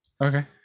Okay